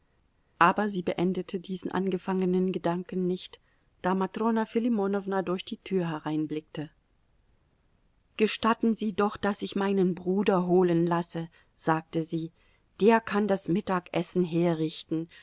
aber sie beendete diesen angefangenen gedanken nicht da matrona filimonowna durch die tür hereinblickte gestatten sie doch daß ich meinen bruder holen lasse sagte sie der kann das mittagessen herrichten